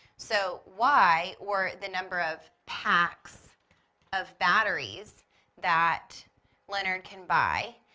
so, y or the number of packs of batteries that leonard can buy,